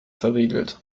verriegelt